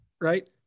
right